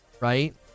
Right